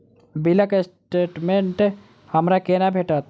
बिलक स्टेटमेंट हमरा केना भेटत?